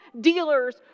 dealers